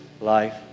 life